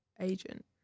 agent